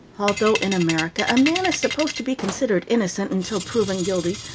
although in america a man is supposed to be considered innocent until proven guilty,